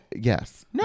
yes